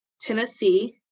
Tennessee